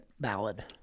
Ballad